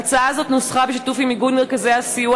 ההצעה הזאת נוסחה בשיתוף עם איגוד מרכזי הסיוע